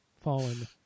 fallen